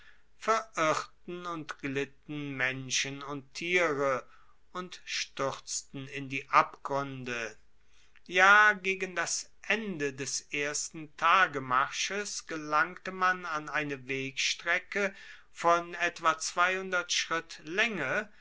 verirrten und glitten menschen und tiere und stuerzten in die abgruende ja gegen das ende des ersten tagemarsches gelangte man an eine wegstrecke von etwa